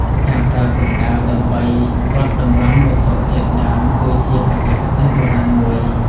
ការប្រើកំដៅដើម្បីពត់តម្រង់វត្ថុធាតុដើម គឺជាបច្ចេកទេសបុរាណមួយ។